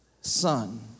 son